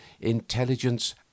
intelligence